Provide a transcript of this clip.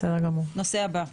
נושא הבא,